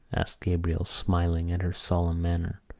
asked gabriel, smiling at her solemn manner.